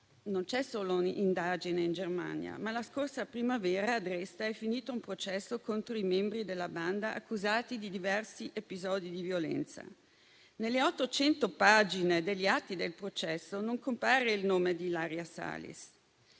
non c'è solo un'indagine in Germania, ma la scorsa primavera, a Dresda, si è concluso un processo contro i membri della banda, accusati di diversi episodi di violenza. Nelle 800 pagine degli atti del processo il nome di Ilaria Salis